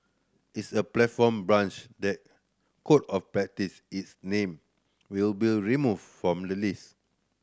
is a platform breach the Code of Practice its name will be removed from the list